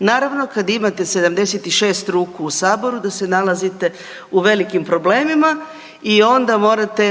Naravno kad imate 76 ruku u saboru da se nalazite u velikim problemima i onda morate